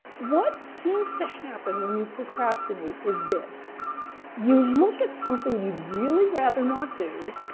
what seems to happen when you procrastinate is this you look at something you'd really rather not do,